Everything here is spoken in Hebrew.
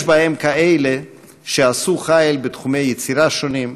יש בהם כאלה שעשו חיל בתחומי יצירה שונים,